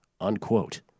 Unquote